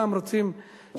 גם שם רוצים העובדים